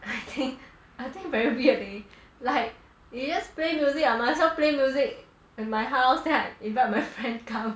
I think I think very weird leh like you just play music I might as well play music in my house then I invite my friend come